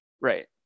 Right